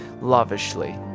lavishly